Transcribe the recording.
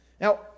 Now